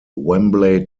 wembley